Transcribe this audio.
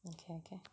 okay okay